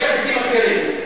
יש אפיקים אחרים.